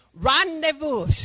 Rendezvous